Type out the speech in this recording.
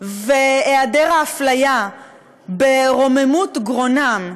והיעדר האפליה ברוממות גרונם,